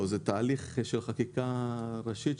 זה תהליך של חקיקה ראשית.